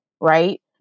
right